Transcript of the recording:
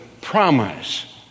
promise